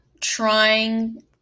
trying